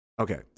Okay